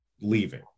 leaving